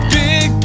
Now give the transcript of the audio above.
big